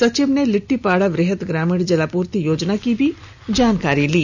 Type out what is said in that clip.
सचिव ने लिट्टीपाड़ा वृहत ग्रामीण जलापूर्ति योजना की भी जानकारी ली